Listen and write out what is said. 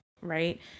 right